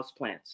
houseplants